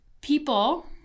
people